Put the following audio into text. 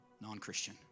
non-Christian